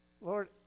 Lord